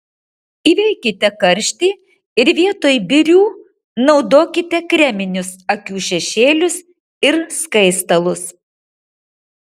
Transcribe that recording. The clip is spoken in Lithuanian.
įveikite karštį ir vietoj birių naudokite kreminius akių šešėlius ir skaistalus